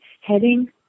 heading